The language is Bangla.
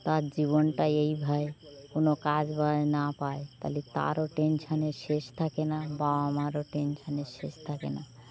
তার জীবনটা এই হয় কোনো কাজ বা না পায় তাহলে তারও টেনশানের শেষ থাকে না আর বাবা মারও টেনশানের শেষ থাকে না